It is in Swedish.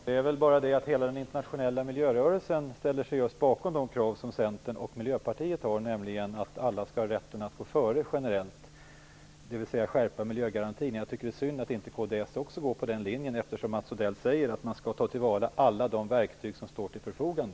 Herr talman! Jag vill peka på att hela den internationella miljörörelsen står bakom de krav som Centern och Miljöpartiet ställer, nämligen att alla generellt skall ha rätten att gå före, dvs. att skärpa miljögarantin. Det är synd att inte också Kristdemokraterna följer den linjen, eftersom Mats Odell säger att man skall ta till vara alla de verktyg som står till förfogande.